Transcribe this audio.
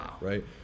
right